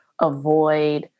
avoid